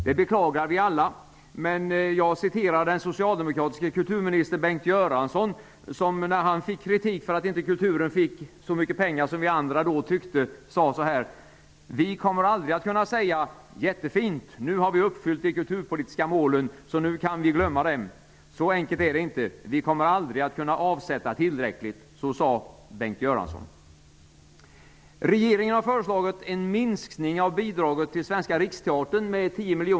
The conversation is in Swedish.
Det beklagar vi alla, men jag citerar den socialdemokratiske kulturministern Bengt Göransson, som -- när han fick kritik för att kulturen inte fick så mycket pengar som vi andra då tyckte att kulturen borde få -- sade: ''Vi kommer aldrig att kunna säga: Jättefint, nu har vi uppfyllt de kulturpolitiska målen, så nu kan vi glömma dem! Så enkelt är det inte. Vi kommer aldrig att kunna avsätta tillräckligt.''